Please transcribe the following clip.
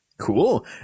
Cool